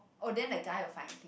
oh then the guy will find